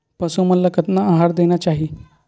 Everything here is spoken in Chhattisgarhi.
पशु मन ला कतना आहार देना चाही?